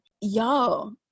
Y'all